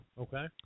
Okay